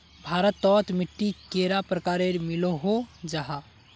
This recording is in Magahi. भारत तोत मिट्टी कैडा प्रकारेर मिलोहो जाहा?